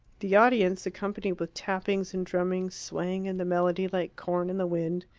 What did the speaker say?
the audience accompanied with tappings and drummings, swaying in the melody like corn in the wind.